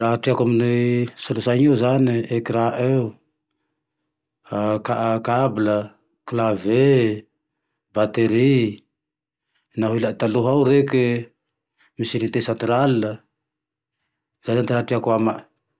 Raha treako amy solosaina io zane e, ekran io, kabla, klavie, batery, naho ilany taloha reke misy unité central a, zay zane ty raha treko amae